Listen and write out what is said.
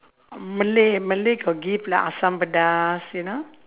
malay malay got give lah asam-pedas you know